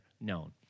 known